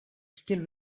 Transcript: still